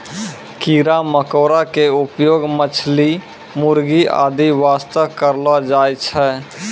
कीड़ा मकोड़ा के उपयोग मछली, मुर्गी आदि वास्तॅ करलो जाय छै